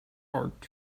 art